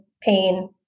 pain